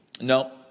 No